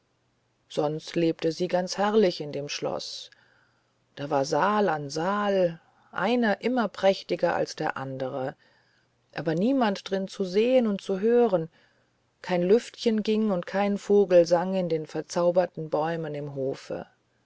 sonst lebte sie ganz herrlich in dem schloß da war saal an saal einer immer prächtiger als der andere aber niemand drin zu sehen und zu hören kein lüftchen ging und kein vogel sang in den verzauberten bäumen im hofe